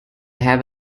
have